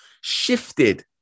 Shifted